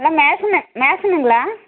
hello மேசன்னு மேசன்னுங்களா